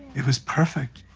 it was perfect.